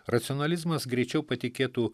racionalizmas greičiau patikėtų